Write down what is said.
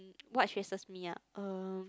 what stresses me up uh